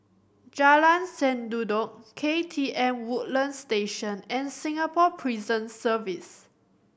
Jalan Sendudok K T M Woodlands Station and Singapore Prison Service